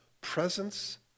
presence